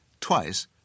Twice